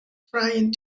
trying